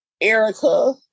Erica